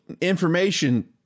information